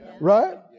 right